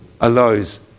allows